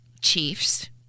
Chiefs